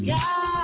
God